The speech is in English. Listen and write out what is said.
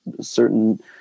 certain